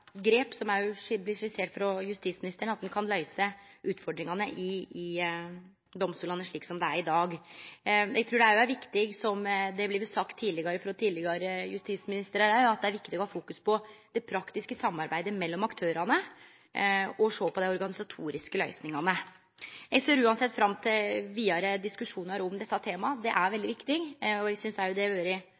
grep – som òg blei skissert av justisministeren – kan løyse utfordringane i domstolane slik det er i dag. Eg trur òg det er viktig, som det òg er blitt sagt av tidlegare justisministrar her, å fokusere på det praktiske samarbeidet mellom aktørane og sjå på dei organisatoriske løysningane. Eg ser uansett fram til vidare diskusjonar om dette temaet. Det er veldig viktig. Eg synest òg det foreløpig har vore